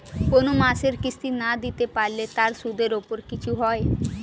কোন মাসের কিস্তি না দিতে পারলে তার সুদের উপর কিছু হয়?